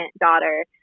daughter